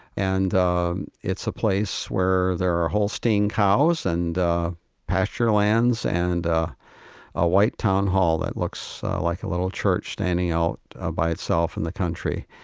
and um it's a place where there are holstein cows and pasturelands and a white town hall that looks like a little church standing out ah by itself in the country.